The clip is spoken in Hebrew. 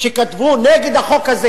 שכתבו נגד החוק הזה